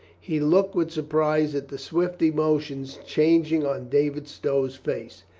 he looked with surprise at the swift emotions changing on david stow's face.